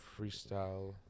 freestyle